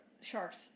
Sharks